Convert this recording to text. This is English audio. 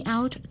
Out